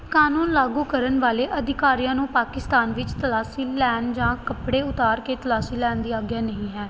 ਕਾਨੂੰਨ ਲਾਗੂ ਕਰਨ ਵਾਲੇ ਅਧਿਕਾਰੀਆਂ ਨੂੰ ਪਾਕਿਸਤਾਨ ਵਿੱਚ ਤਲਾਸ਼ੀ ਲੈਣ ਜਾਂ ਕੱਪੜੇ ਉਤਾਰ ਕੇ ਤਲਾਸ਼ੀ ਲੈਣ ਦੀ ਆਗਿਆ ਨਹੀਂ ਹੈ